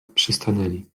przystanęli